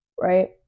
Right